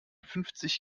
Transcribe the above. fünfzig